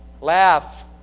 Laugh